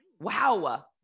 Wow